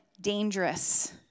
dangerous